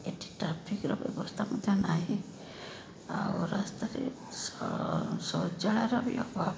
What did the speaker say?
ଏଇଠି ଟ୍ରାଫିକର ବ୍ୟବସ୍ଥା ମଧ୍ୟ ନାହିଁ ଆଉ ରାସ୍ତାରେ ସ ଶୌଚାଳୟ ର ବି ଅଭାବ